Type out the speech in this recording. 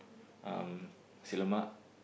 um Nasi-Lemak